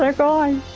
like gone!